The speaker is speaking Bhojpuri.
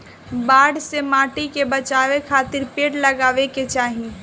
बाढ़ से माटी के बचावे खातिर पेड़ लगावे के चाही